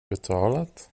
betalat